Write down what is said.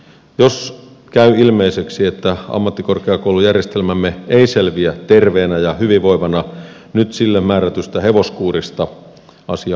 jos käy ilmeiseksi että ammattikorkeakoulujärjestelmämme ei selviä terveenä ja hyvinvoivana nyt sille määrätystä hevoskuurista asia on korjattava